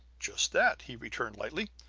just that, he returned lightly.